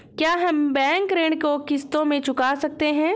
क्या हम बैंक ऋण को किश्तों में चुका सकते हैं?